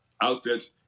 outfits